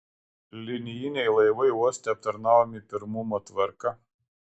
linijiniai laivai uoste aptarnaujami pirmumo tvarka